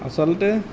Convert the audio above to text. আচলতে